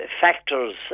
factors